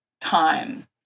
time